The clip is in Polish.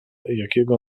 jakiego